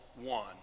one